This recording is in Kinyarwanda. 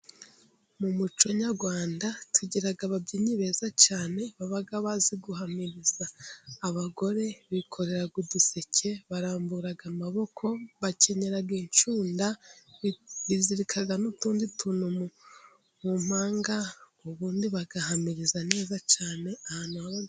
Mu muco nyarwanda tugira ababyinnyi beza cyane babaga bazi guhamiriza, abagore bikore uduseke, barambura amaboko bakenera incunda, bizirika n'utundi tuntu mu mpanga, ubundi bagahamiriza neza cyane ahantu ha...